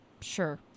sure